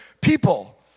people